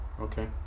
Okay